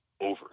over